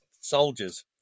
soldiers